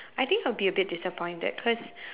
I think I will be a bit disappointed cause